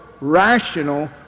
rational